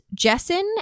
Jessen